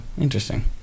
interesting